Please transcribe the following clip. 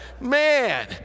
Man